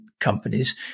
companies